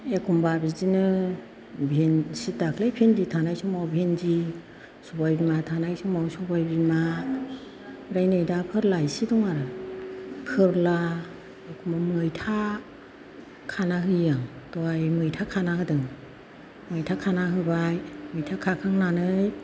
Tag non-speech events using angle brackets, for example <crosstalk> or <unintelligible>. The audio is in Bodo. एखनबा बिदिनो <unintelligible> दाखालै भिन्दि थानाय समाव भिन्दि सबाइबिमा थानाय समाव सबाइबिमा ओमफ्राय नै दा फोरला एसे दं आरो फोरला मैथा खाना होयो आं दहाय मैथा खाना होदों मैथा खाना होबाय मैथा खाखांनानै